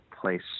place